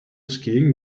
skiing